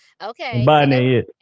Okay